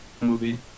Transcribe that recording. movie